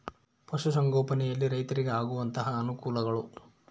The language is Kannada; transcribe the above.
ಪಶುಸಂಗೋಪನೆಯಲ್ಲಿ ರೈತರಿಗೆ ಆಗುವಂತಹ ಅನುಕೂಲಗಳು?